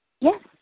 Yes